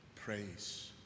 Praise